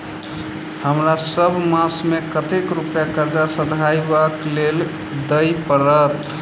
हमरा सब मास मे कतेक रुपया कर्जा सधाबई केँ लेल दइ पड़त?